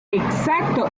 exacto